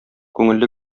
күңелле